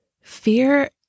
Fear